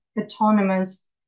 autonomous